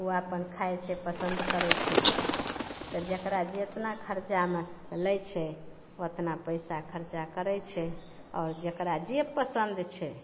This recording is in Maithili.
ओ अपन खाइके पसन्द करै छै तऽ जेकरा जेतना खर्चामे लै छै ओतना पैसा खर्चा करै छै आओर जेकरा जे पसन्द छै